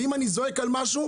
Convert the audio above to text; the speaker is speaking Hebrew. אם אני זועק על משהו,